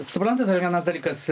suprantate dar vienas dalykas